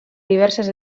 diverses